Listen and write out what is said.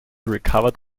recovered